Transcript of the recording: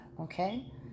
okay